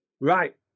Right